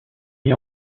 mis